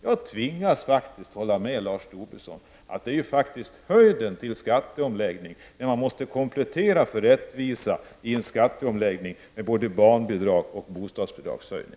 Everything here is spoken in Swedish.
Jag tvingas faktiskt att hålla med Lars Tobisson om att det är höjden till skatteomläggning, när man för rättvisans skull måste komplettera den med både barnoch bostadsbidragshöjning.